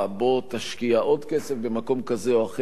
בוא תשקיע עוד כסף במקום כזה או אחר,